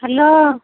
hello